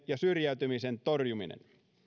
ja syrjäytymisen torjumista